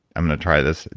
i'm going to try this,